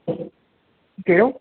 कहिड़ो